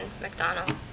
McDonald